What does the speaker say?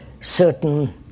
certain